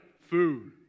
food